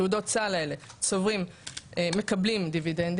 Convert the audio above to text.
תעודות הסל האלה מקבלים דיבידנדים,